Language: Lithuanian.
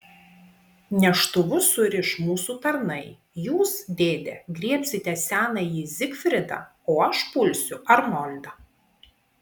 neštuvus suriš mūsų tarnai jūs dėde griebsite senąjį zigfridą o aš pulsiu arnoldą